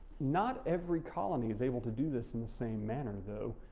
not every colony is able to do this in the same manner though.